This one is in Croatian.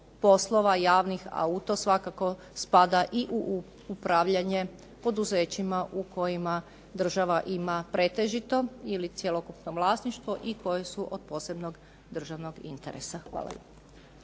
poslova, a u to svakako spada i upravljanje poduzećima u kojima država ima pretežito ili cjelokupno vlasništvo i koje su od posebnog državnog interesa. Hvala